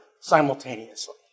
simultaneously